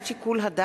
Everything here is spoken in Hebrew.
לימוד),